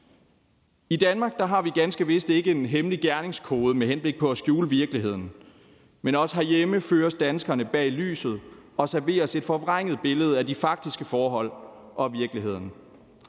I Danmark har vi ganske vist ikke en hemmelig gerningskode med henblik på at skjule virkeligheden, men også herhjemme føres danskerne bag lyset og serveres et forvrænget billede af de faktiske forhold og virkeligheden.